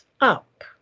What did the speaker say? up